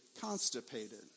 constipated